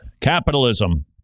Capitalism